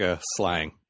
slang